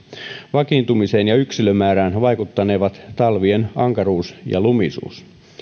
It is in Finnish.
vakiintumiseen ja yksilömäärään vaikuttanevat talvien ankaruus ja lumisuus